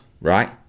Right